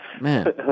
Man